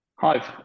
Hi